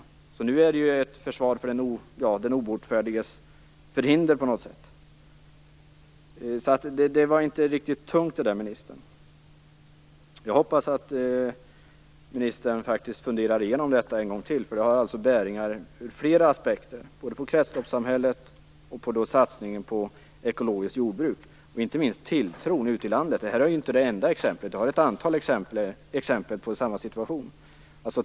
Nu är det på något sätt ett försvar för den obotfärdiges förhinder. Det där var inte riktigt tungt, ministern. Jag hoppas att ministern funderar igenom detta en gång till. Det har bäringar på kretsloppssamhället och på satsningen på ekologiskt jordbruk ur flera aspekter. Det gäller inte minst tilltron ute i landet. Det här är inte det enda exemplet. Jag har ett antal exempel där man befinner sig i samma situation.